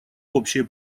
общее